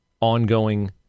ongoing